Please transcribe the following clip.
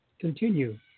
continue